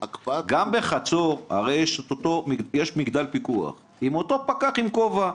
גם בחצור הרי יש מגדל פיקוח עם אותו פקח עם כובע,